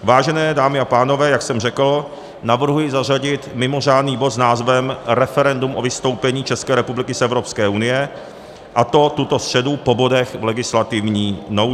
Vážené dámy a pánové, jak jsem řekl, navrhuji zařadit mimořádný bod s názvem Referendum o vystoupení České republiky z Evropské unie, a to tuto středu po bodech v legislativní nouzi.